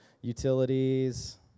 Utilities